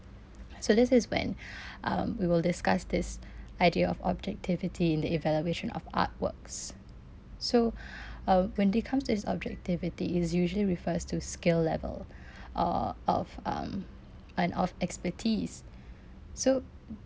so this is when um we will discuss this idea of objectivity in the evaluation of artworks so uh when they comes to this objectivity is usually refers to skill level or of um and of expertise so